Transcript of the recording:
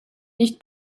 nicht